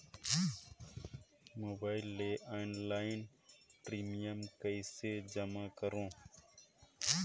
Mobile ले online premium कइसे जमा करों?